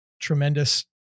tremendous